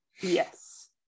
Yes